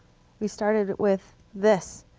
we started with this.